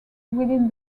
within